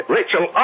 Rachel